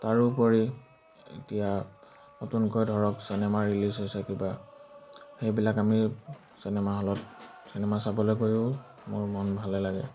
তাৰোপৰি এতিয়া নতুনকৈ ধৰক চিনেমা ৰিলিজ হৈছে কিবা সেইবিলাক আমি চিনেমা হলত চিনেমা চাবলৈ গৈও মোৰ মন ভালে লাগে